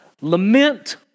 Lament